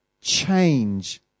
change